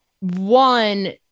One